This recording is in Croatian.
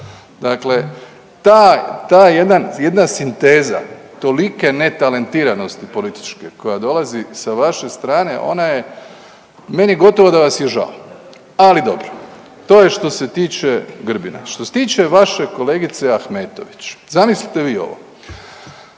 taj, ta jedna sinteza tolike netalentiranosti političke koja dolazi sa vaše strane ona je, meni gotovo da vas je žao, ali dobro to je što se tiče Grbina. Što se tiče vaše kolegice Ahmetović, zamislite vi ovo,